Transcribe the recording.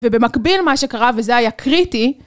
ובמקביל מה שקרה וזה היה קריטי